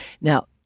Now